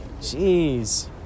Jeez